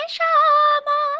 Shama